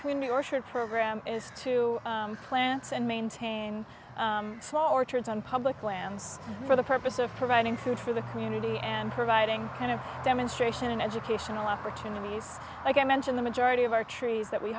community orchard program is to plants and maintain orchards on public lands for the purpose of providing food for the community and providing kind of demonstration and educational opportunities like i mentioned the majority of our trees that we